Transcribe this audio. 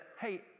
Hey